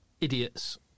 idiots